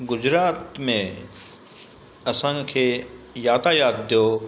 गुजरात में असांखे यातायात जो